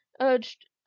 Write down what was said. urged